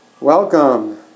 Welcome